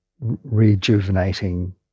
rejuvenating